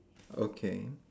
okay